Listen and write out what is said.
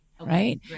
Right